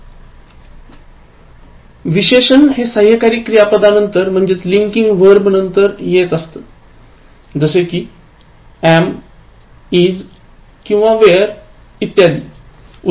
असे विशेषण हे साह्यकारी क्रियापदांनंतर येतात जसे कि is am किंवा were इत्यादी